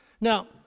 Now